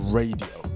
radio